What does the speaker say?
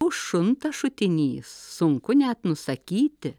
užšunta šutinys sunku net nusakyti